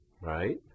right